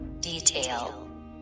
detail